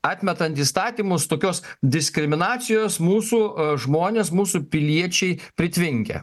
atmetant įstatymus tokios diskriminacijos mūsų žmonės mūsų piliečiai pritvinkę